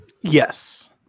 yes